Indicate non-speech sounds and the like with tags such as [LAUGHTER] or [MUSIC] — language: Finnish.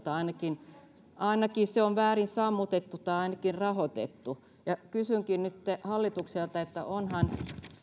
[UNINTELLIGIBLE] tai ainakin ainakin se on väärin sammutettu tai ainakin rahoitettu kysynkin nytten hallitukselta onhan